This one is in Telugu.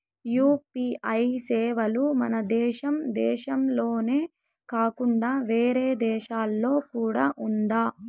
యు.పి.ఐ సేవలు మన దేశం దేశంలోనే కాకుండా వేరే దేశాల్లో కూడా ఉందా?